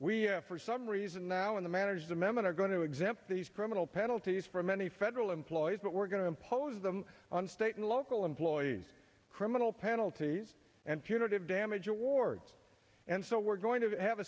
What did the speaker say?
have for some reason now in the manage the memo are going to exempt these criminal penalties for many federal employees but we're going to impose them on state and local employees criminal penalties and punitive damage awards and so we're going to have a